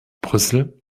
brüssel